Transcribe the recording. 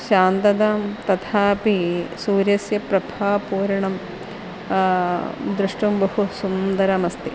शान्ततां तथापि सूर्यस्य प्रभापूर्णं द्रष्टुं बहु सुन्दरमस्ति